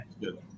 good